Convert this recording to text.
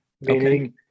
Meaning